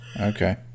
Okay